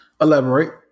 Elaborate